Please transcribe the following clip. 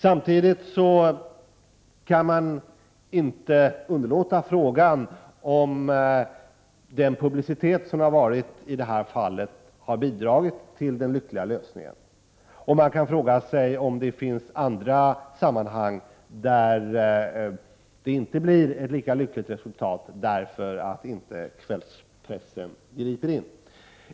Samtidigt kan man inte underlåta att fråga sig, om den publicitet som förekommit i det här fallet har bidragit till den lyckliga lösningen. Man kan fråga sig om det finns andra fall där resultatet inte blir lika lyckligt på grund av att kvällspressen inte griper in.